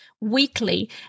weekly